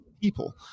people